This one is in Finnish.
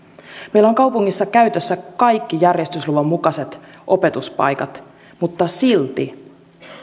meillä on kaupungissa käytössä kaikki järjestysluvan mukaiset opetuspaikat mutta silti